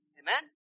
Amen